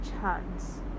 chance